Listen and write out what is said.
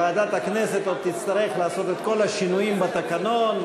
ועדת הכנסת עוד תצטרך לעשות את כל השינויים בתקנון,